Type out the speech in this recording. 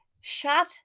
Shut